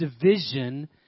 division